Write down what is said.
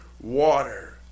water